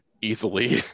easily